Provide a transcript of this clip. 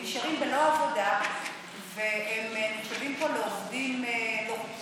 והם נשארים בלא עבודה והם נחשבים פה לעובדים לא חוקיים.